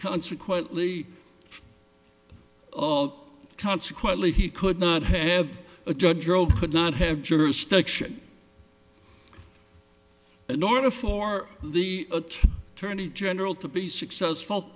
consequently oh consequently he could not have a judge could not have jurisdiction in order for the attorney general to be successful